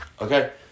okay